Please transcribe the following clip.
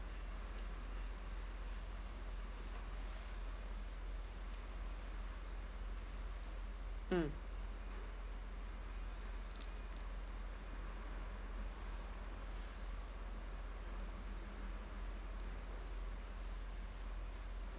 mm